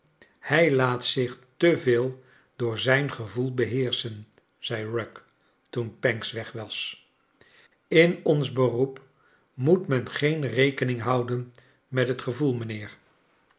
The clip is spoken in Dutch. hij laat zich te veel door zijn gevoel beheerschen zei rugg toen pancks weg was in ons beroep moet men geen rekening houden met het gevoel